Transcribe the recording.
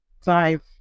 five